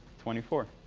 twenty four.